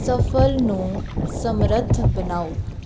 ਸਫਲ ਨੂੰ ਸਮਰੱਥ ਬਣਾਓ